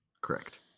Correct